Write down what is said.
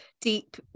deep